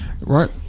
Right